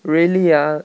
really ah